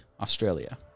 Australia